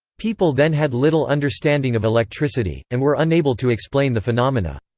people then had little understanding of electricity, and were unable to explain the phenomena.